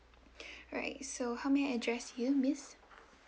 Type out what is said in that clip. alright so how may I address you miss